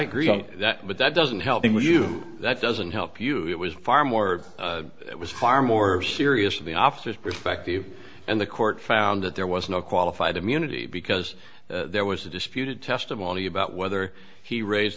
agree on that but that doesn't help him with you that doesn't help you it was far more it was far more serious the officers respect you and the court found that there was no qualified immunity because there was a disputed testimony about whether he raised